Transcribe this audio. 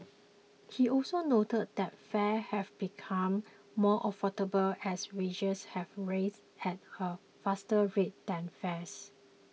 he also noted that fares have become more affordable as wages have risen at a faster rate than fares